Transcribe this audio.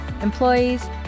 employees